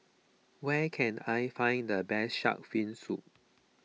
where can I find the best Shark's Fin Soup